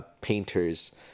painters